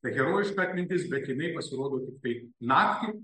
ta herojiška atmintis bet jinai pasirodo tiktai naktį